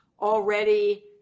already